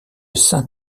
saint